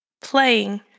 playing